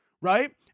right